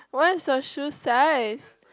what is your shoe size